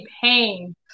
pain